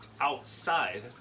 outside